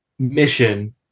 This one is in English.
mission